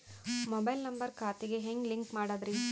Mobile number ಖಾತೆ ಗೆ ಹೆಂಗ್ ಲಿಂಕ್ ಮಾಡದ್ರಿ?